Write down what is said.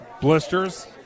blisters